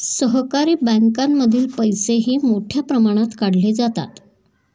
सहकारी बँकांमधील पैसेही मोठ्या प्रमाणात काढले जातात